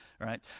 right